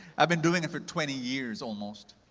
i've been doing it for twenty years almost.